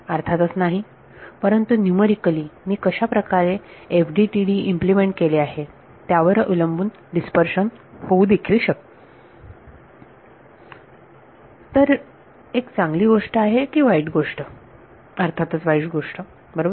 अर्थातच नाही परंतु न्यूमरिकलि मी कशा प्रकारे FDTD इम्प्लिमेंट केले आहे त्यावर अवलंबून डिस्पर्शन होऊ देखील शकते तर एक चांगली गोष्ट आहे की वाईट गोष्ट अर्थातच वाईट गोष्ट बरोबर